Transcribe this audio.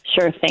Sure